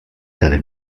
tale